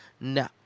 No